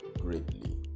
greatly